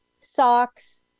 socks